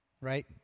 right